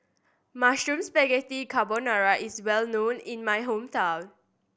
Mushroom Spaghetti Carbonara is well known in my hometown